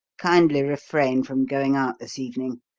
kindly refrain from going out this evening.